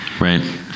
right